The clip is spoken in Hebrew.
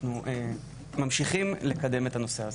אנחנו ממשיכים לקדם את הנושא הזה.